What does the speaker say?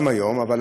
גם היום, גם היום.